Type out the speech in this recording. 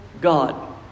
God